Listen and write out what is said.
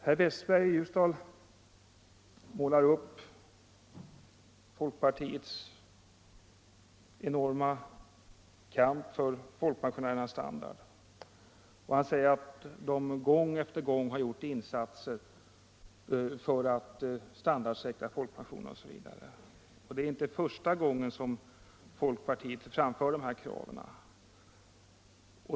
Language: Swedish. Herr Westberg i Ljusdal målar upp folkpartiets enorma kamp för folkpensionärernas standard och säger att folkpartiet gång efter gång har gjort insatser för att standardsäkra folkpensionerna osv. Han säger också att det inte är första gången folkpartiet framför detta krav.